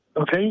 Okay